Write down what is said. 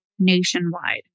nationwide